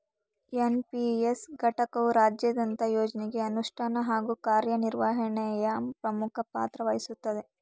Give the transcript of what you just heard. NPS ಘಟಕವು ರಾಜ್ಯದಂತ ಯೋಜ್ನಗೆ ಅನುಷ್ಠಾನ ಹಾಗೂ ಕಾರ್ಯನಿರ್ವಹಣೆಯ ಪ್ರಮುಖ ಪಾತ್ರವಹಿಸುತ್ತದೆ